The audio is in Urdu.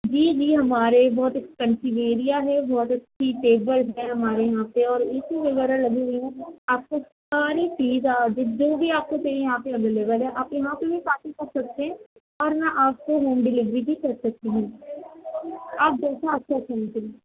جی جی ہمارے بہت ایکسپینسیو ایریا ہے بہت اچھی ٹیبلس ہیں ہمارے یہاں پہ اور اے سی وغیرہ لگی ہوئی ہے آپ کو ساری سیدھا جو بھی آپ کو چاہیے یہاں پہ اویلیبل ہے آپ یہاں پہ بھی پارٹی کر سکتے ہیں اور ہاں آپ کو ہوم ڈلیوری بھی کر سکتی ہوں آپ جیسا اچھا سمجھیں